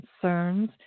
concerns